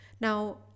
Now